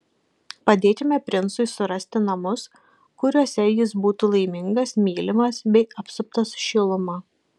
padėkime princui surasti namus kuriuose jis būtų laimingas mylimas bei apsuptas šiluma